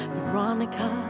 Veronica